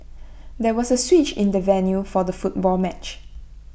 there was A switch in the venue for the football match